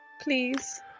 Please